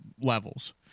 levels